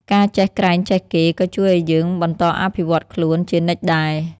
ការចេះក្រែងចេះគេ ក៏ជួយឲ្យយើង បន្តអភិវឌ្ឍខ្លួន ជានិច្ចដែរ។